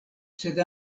sed